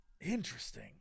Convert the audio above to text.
Interesting